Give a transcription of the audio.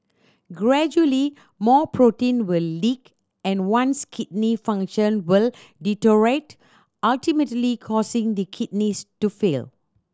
gradually more protein will leak and one's kidney function will deteriorate ultimately causing the kidneys to fail